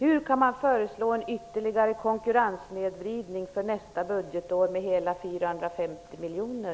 Hur kan man föreslå en ytterligare konkurrenssnedvridning för nästa budgetår med hela 450 miljoner?